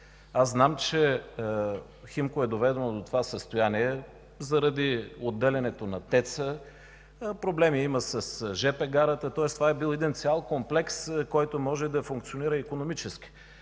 Аз знам, че „Химко” е доведено до това състояние заради отделянето на ТЕЦ-а, има проблеми с жп гарата, тоест това е бил един цял комплекс, който може да функционира икономически.